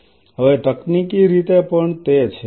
હવે તકનીકી રીતે પણ તે છે